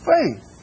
Faith